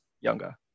younger